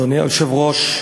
אדוני היושב-ראש,